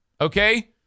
Okay